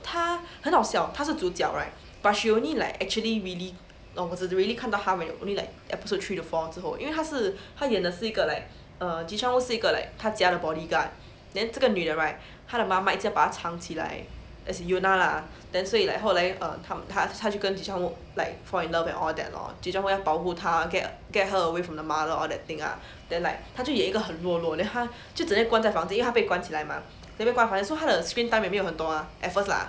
他很好笑他是主角 right but she only like actually really 我只 really 看到她 only like episode three to four 之后因为他是她演的是一个 like err ji chang won 是一个 like 他家的 bodyguard then 这个女的 right 她的妈妈一直把他藏起来 as yuna lah then 所以 like 后来 err 他就跟 ji chang won like fall in love and all that lor ji chang won 要保护她 get get her away from her mother all that thing lah then like 她就演一个很懦弱 then 他就整天关在房间因为她被关起来吗没有办法 so 他的 screen time 没有很多 at first lah